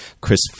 Chris